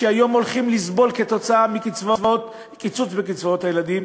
שהולכים לסבול כתוצאה מקיצוץ בקצבאות הילדים,